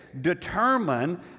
determine